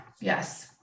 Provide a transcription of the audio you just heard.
yes